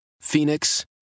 Phoenix